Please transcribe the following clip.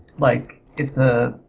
like it's a,